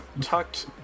tucked